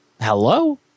Hello